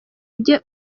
ujye